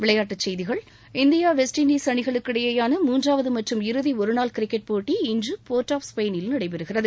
விளையாட்டுச்செய்திகள் India West Indies அணிகளுக்கு இடையிலான மூன்றாவது மற்றும் இறுதி ஒருநாள் கிரிக்கெட் போட்டி இன்று போர்ட் ஆப் ஸ்பெயினில் நடைபெறுகிறது